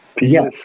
Yes